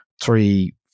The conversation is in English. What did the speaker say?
three